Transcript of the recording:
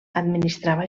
administrava